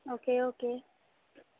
okay okay